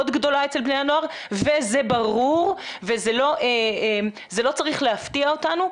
גדולה אצל בני הנוער וזה ברור וזה לא צריך להפתיע אותנו,